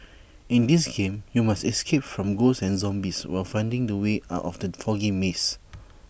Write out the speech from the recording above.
in this game you must escape from ghosts and zombies while finding the way out of the foggy maze